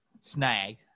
snag